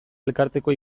elkarteko